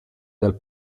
dal